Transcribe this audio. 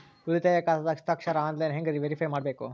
ಉಳಿತಾಯ ಖಾತಾದ ಹಸ್ತಾಕ್ಷರ ಆನ್ಲೈನ್ ಹೆಂಗ್ ವೇರಿಫೈ ಮಾಡಬೇಕು?